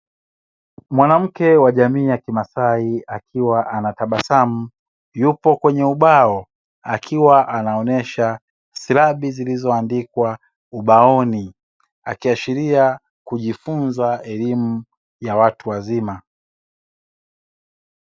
Mwanamke wa jamii ya kimasai, akiwa anatabasamu yupo kwenye ubao, akiwa anaonesha silabi zilizo andikwa ubaoni, akiashiria kujifunza elimu ya watu wazima.